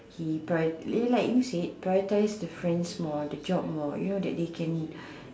he prior~ like you said prioritize the friends more the job more you know that they can